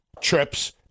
trips